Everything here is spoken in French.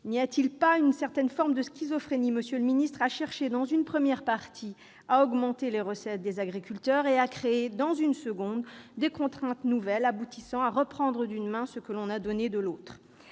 n'y a-t-il pas une certaine forme de schizophrénie à chercher, dans une première partie, à augmenter les recettes des agriculteurs et à créer, dans une seconde, des contraintes nouvelles, aboutissant à reprendre d'une main ce que l'on a donné de l'autre ?